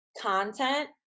content